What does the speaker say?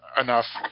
enough